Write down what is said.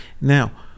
now